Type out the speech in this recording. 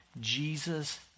Jesus